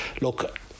look